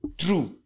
true